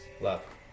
Love